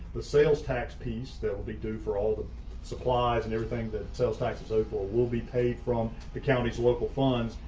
the sales tax piece that will be due for all the supplies and everything that sales taxes so overall will be paid from the county's local funds,